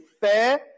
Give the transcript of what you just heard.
fair